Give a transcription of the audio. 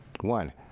One